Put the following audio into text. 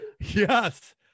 Yes